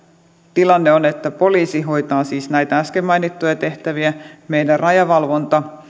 tilanne on että poliisi hoitaa siis äsken mainittuja tehtäviä ja meidän rajavalvontamme